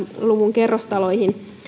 luvun kerrostaloihin